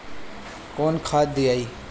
कौन खाद दियई?